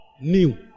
New